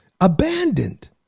Abandoned